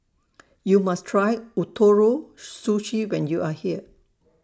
YOU must Try Ootoro Sushi when YOU Are here